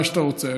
מה שאתה רוצה,